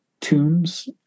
tombs